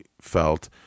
felt